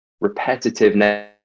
repetitive